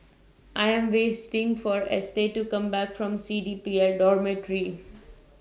I Am wasting For Estes to Come Back from C D P L Dormitory